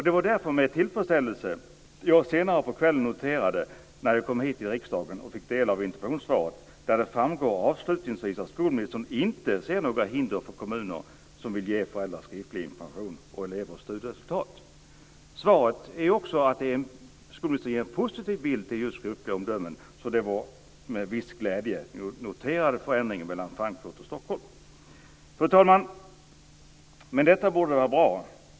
Det var därför med tillfredsställelse som jag senare på kvällen, när jag kom hit till riksdagen och fick ta del av interpellationssvaret, noterade att det i svaret avslutningsvis framgår att skolministern inte ser några hinder för kommuner som vill ge föräldrar skriftlig information om elevernas studieresultat. I svaret ger skolministern också en positiv bild av just skriftliga omdömen. Det var alltså med viss glädje som jag noterade förändringen mellan Frankfurt och Stockholm. Fru talman! Med detta borde det vara bra.